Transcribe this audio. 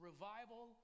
Revival